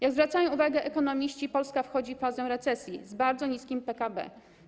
Jak zwracają uwagę ekonomiści, Polska wchodzi w fazę recesji z bardzo niskim PKB.